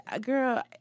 girl